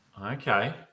Okay